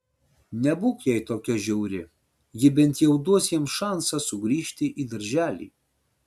nebūk jai tokia žiauri ji bent jau duos jiems šansą sugrįžti į darželį